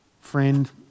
friend